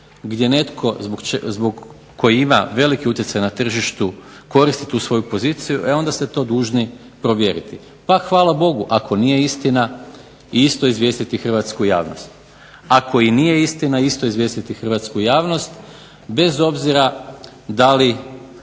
gdje netko, koji ima veliki utjecaj na tržištu koristi tu svoju poziciju e onda ste to dužni provjeriti. Pa hvala Bogu ako nije istina i isto izvijestiti hrvatsku javnost. Ako i nije istina isto izvijestiti hrvatsku javnost, bez obzira da li